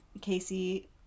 Casey